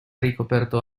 ricoperto